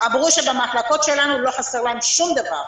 אמרו שבמחלקות שלהם לא חסר להם שום דבר,